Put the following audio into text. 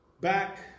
back